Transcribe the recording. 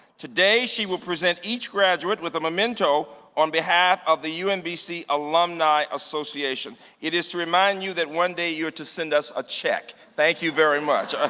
today, she will present each graduate with a memento on behalf of the umbc alumni association. it is to remind you that one day you're to send us a check. thank you very much.